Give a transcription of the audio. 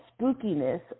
spookiness